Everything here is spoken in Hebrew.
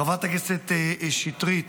חברת הכנסת שטרית,